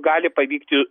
gali pavykti